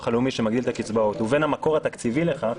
הלאומי שמגדיל את הקצבאות ובין המקור התקציבי לכך,